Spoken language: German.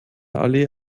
allee